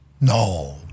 No